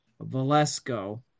Valesco